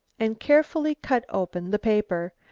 and carefully cut open the paper,